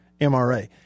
MRA